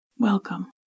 Welcome